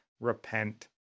Repent